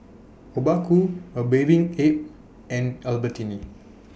Obaku A Bathing Ape and Albertini